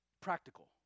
Practical